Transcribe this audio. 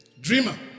dreamer